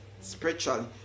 spiritually